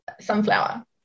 sunflower